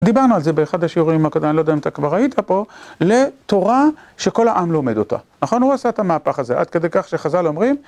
דיברנו על זה באחד השיעורים הקודמים, אני לא יודע אם אתה כבר היית פה, לתורה שכל העם לומד אותה. נכון? הוא עשה את המהפך הזה. עד כדי כך שחזל אומרים...